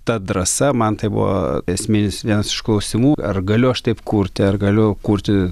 ta drąsa man tai buvo esminis vienas iš klausimų ar galiu aš taip kurti ar galiu kurti